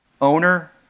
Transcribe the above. owner